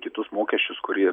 kitus mokesčius kurie